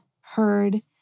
heard